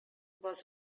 was